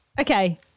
Okay